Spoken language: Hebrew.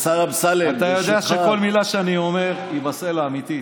אתה יודע שכל מילה שאני אומר היא בסלע, אמיתית.